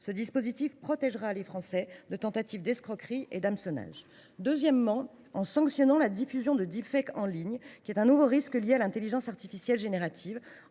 Ce dispositif protégera les Français de tentatives d’escroquerie et d’hameçonnage. Deuxièmement, nous sanctionnerons la diffusion de en ligne, nouveau risque lié à l’intelligence artificielle générative,